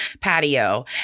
patio